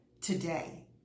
today